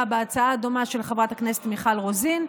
בהצעה הדומה של חברת הכנסת מיכל רוזין,